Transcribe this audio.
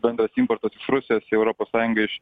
bendras importas iš rusijos į europos sąjungą iš